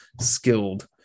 skilled